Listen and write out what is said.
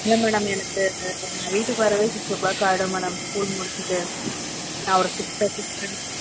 இல்லை மேடம் எனக்கு நான் வீட்டுக்கு வரவே சிக்ஸ் ஓ க்ளாக் ஆகிடும் மேடம் ஸ்கூல் முடிச்சுட்டு நான் ஒரு சிக்ஸ் தேர்ட்டி கிளம்பிடுவேன்